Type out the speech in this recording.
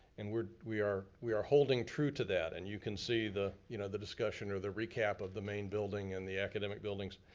and we are we are holding true to that, and you can see the you know the discussion or the recap of the main building and the academic buildings.